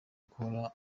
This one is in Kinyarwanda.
guhora